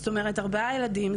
זאת אומרת ארבעה ילדים,